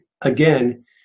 Again